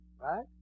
Right